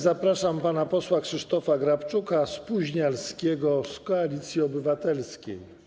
Zapraszam pana posła Krzysztofa Grabczuka, spóźnialskiego z Koalicji Obywatelskiej.